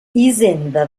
hisenda